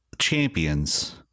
champions